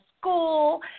school